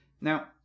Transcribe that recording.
Now